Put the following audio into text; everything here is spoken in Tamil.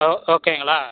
ஓ ஓகேங்களா